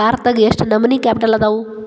ಭಾರತದಾಗ ಯೆಷ್ಟ್ ನಮನಿ ಕ್ಯಾಪಿಟಲ್ ಅದಾವು?